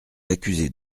accuser